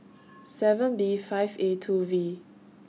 seven B five A two V